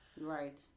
right